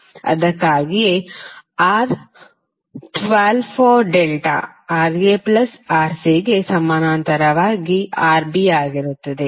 ಅದಕ್ಕಾಗಿಯೇ R12 for delta Ra plus Rcಗೆ ಸಮಾನಾಂತರವಾಗಿ Rb ಆಗಿರುತ್ತದೆ